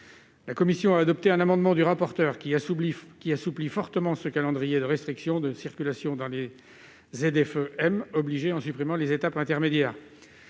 La commission a adopté un amendement du rapporteur visant à assouplir fortement ce calendrier de restriction de circulation dans Les ZFE-m, en supprimant les étapes intermédiaires.